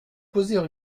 poser